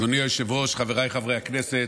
אדוני היושב-ראש, חבריי חברי הכנסת,